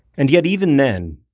and yet, even then,